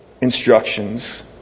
instructions